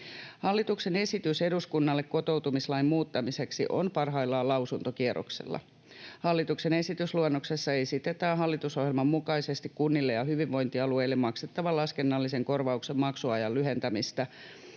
Hallituksen esitys eduskunnalle kotoutumislain muuttamiseksi on parhaillaan lausuntokierroksella. Hallituksen esitysluonnoksessa esitetään hallitusohjelman mukaisesti kunnille ja hyvinvointialueille maksettavan laskennallisen korvauksen maksuajan lyhentämistä